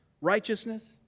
righteousness